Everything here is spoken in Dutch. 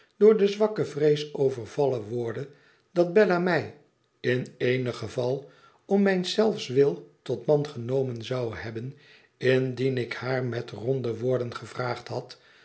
door de zwakke vrees overvallen worde dat bella mij in eenig geval om mijns zelfs wil tot man genomen zou hebben indien ik haar met ronde woorden gevraagd had